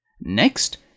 Next